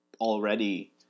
already